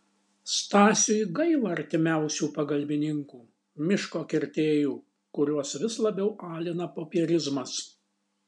stasiui gaila artimiausių pagalbininkų miško kirtėjų kuriuos vis labiau alina popierizmas